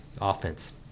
offense